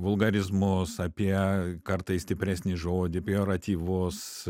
vulgarizmus apie kartais stipresnį žodį pejoratyvus